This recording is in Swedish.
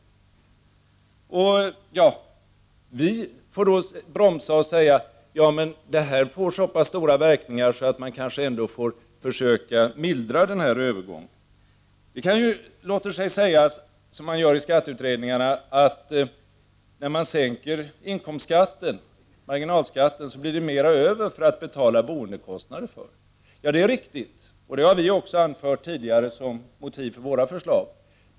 I det läget är det vi moderater som får bromsa och säga: Det här får så stora verkningar att man kanske ändå får försöka mildra övergången. Det låter sig sägas, som görs i skatteutredningarna, att när man sänker inkomstskatten, marginalskatten, blir det mera över för att betala boendekostnader. Det är riktigt, och det har vi också använt tidigare som motiv för våra förslag.